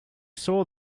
saw